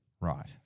Right